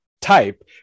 type